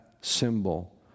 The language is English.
symbol